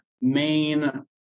main